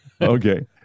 Okay